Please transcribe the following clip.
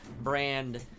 brand